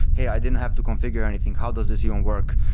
hey, i didn't have to configure anything how does this even work?